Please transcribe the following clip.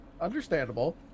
understandable